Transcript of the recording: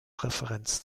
referenz